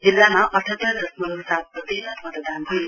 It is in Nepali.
जिल्लामा अठात्तर दशमलउ सात प्रतिशत मतादन भयो